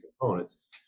components